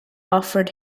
offered